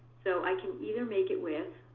so i can either make it with